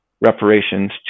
Reparations